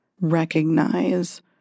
recognize